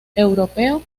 europeo